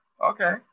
Okay